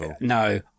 no